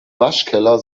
waschkeller